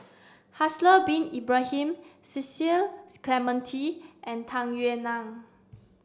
Haslir bin Ibrahim Cecil Clementi and Tung Yue Nang